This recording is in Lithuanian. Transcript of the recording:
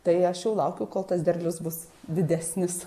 tai aš jau laukiu kol tas derlius bus didesnis